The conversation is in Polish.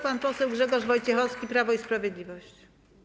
Pan poseł Grzegorz Wojciechowski, Prawo i Sprawiedliwość.